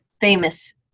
famous